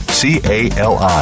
C-A-L-I